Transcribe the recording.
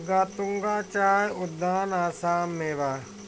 गतूंगा चाय उद्यान आसाम में बा